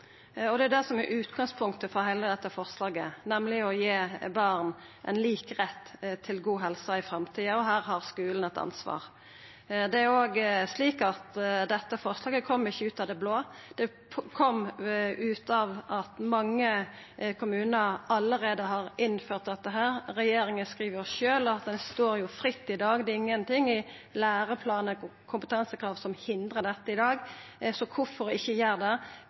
Det er det som er utgangspunktet for heile dette forslaget, nemleg å gi barn lik rett til god helse i framtida, og her har skulen eit ansvar. Det er òg slik at dette forslaget ikkje kom ut av det blå, det kom ut av at mange kommunar allereie har innført dette. Regjeringa skriv jo sjølv at ein står fritt i dag. Det er ingenting i læreplanen eller kompetansekrav som hindrar dette i dag. Så kvifor ikkje gjera det